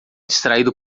distraído